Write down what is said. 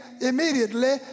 immediately